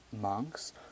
monks